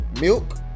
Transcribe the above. milk